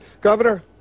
Governor